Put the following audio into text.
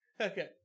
Okay